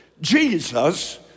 jesus